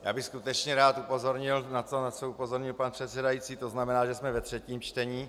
Já bych skutečně rád upozornil na to, na co upozornil pan předsedající, to znamená, že jsme ve třetím čtení.